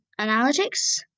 analytics